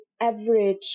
average